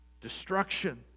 destruction